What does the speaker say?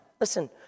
Listen